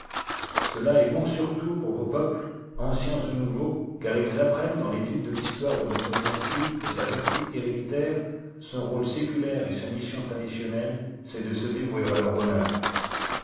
cela est bon surtout polir vos peuples anciens ou nouveaux car ils apprennent dans l'étude de l'histoire de votre dynastie que sa vertu héréditaire son rôle séculaire et sa mission traditionnelle c'est de se dévouer à leur bonheur